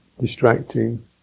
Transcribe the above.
distracting